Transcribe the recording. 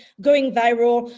going viral.